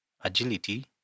agility